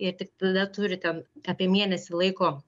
ir tik tada turi ten apie mėnesį laiko